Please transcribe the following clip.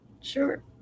sure